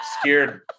scared